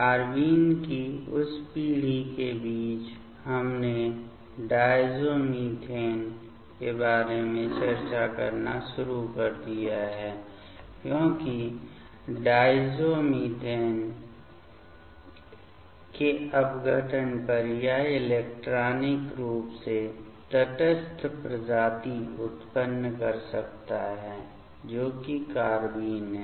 carbene की उस पीढ़ी के बीच हमने डायज़ोमीथेन के बारे में चर्चा करना शुरू कर दिया है क्योंकि डायज़ोमीथेन के अपघटन पर यह इलेक्ट्रॉनिक रूप से तटस्थ प्रजाति उत्पन्न कर सकता है जो कि कार्बाइन है